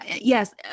yes